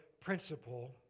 principle